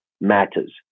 matters